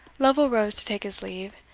lovel rose to take his leave,